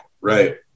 right